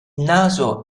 naso